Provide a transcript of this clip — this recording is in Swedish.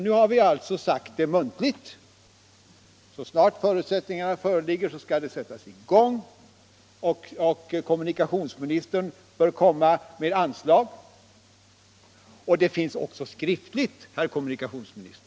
Nu har vi alltså sagt det muntligt: Så snart förutsättningarna föreligger, skall arbetena sättas i gång och kommunikationsministern bör anvisa anslag. Det föreligger också skriftligt, herr kommunikationsminister.